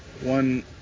one